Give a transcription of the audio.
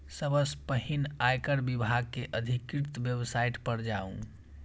सबसं पहिने आयकर विभाग के अधिकृत वेबसाइट पर जाउ